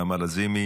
נעמה לזימי,